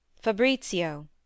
Fabrizio